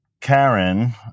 karen